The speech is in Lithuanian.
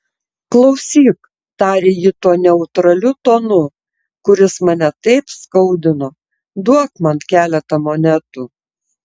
klausyk tarė ji tuo neutraliu tonu kuris mane taip skaudino duok man keletą monetų